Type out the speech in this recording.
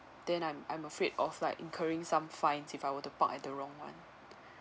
then I'm I'm afraid of like incurring some fines if I were to park at the wrong one